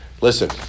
Listen